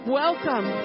welcome